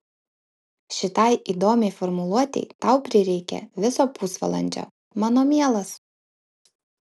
šitai įdomiai formuluotei tau prireikė viso pusvalandžio mano mielas